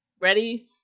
ready